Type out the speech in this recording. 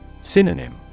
Synonym